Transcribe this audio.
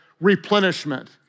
replenishment